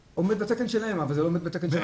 שעומד בתקן שלהם, אבל זה לא עומד בתקן שלנו.